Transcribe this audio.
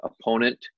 opponent